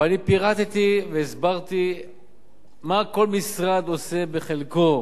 אבל אני פירטתי והסברתי מה כל משרד עושה בחלקו,